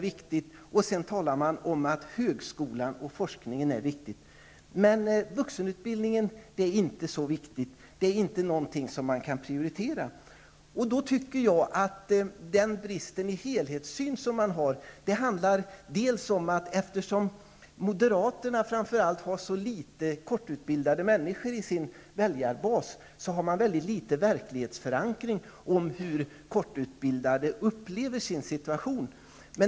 Sedan säger man att högskolan och forskningen är viktiga, men vuxenutbildningen är inte viktig, inte någonting att prioritera. Den brist på helhetssyn som man har beror på att framför allt moderaterna har så litet kortutbildade människor i sin väljarbas, att de har väldigt liten verklighetsförankring därvidlag och inte vet hur kortutbildade upplever sin situation.